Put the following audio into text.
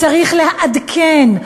צריך לעדכן,